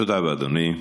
תודה רבה, אדוני.